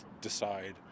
decide